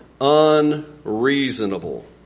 unreasonable